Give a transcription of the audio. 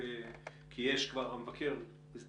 מתישהו, לצערנו, זה כנראה